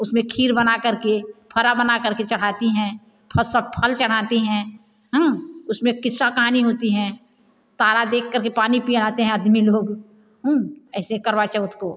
उसमें खीर बना कर के फरा बना कर के चढ़ाती हैं फल चढ़ाती हैं उसमें किस्सा कहानी होती हैं तारा देख कर के पानी पिलाते है आदमी लोग ऐसे करवा चौथ को